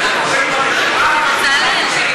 הרשימה השלישית בגודלה בכנסת,